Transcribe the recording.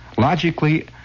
Logically